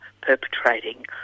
perpetrating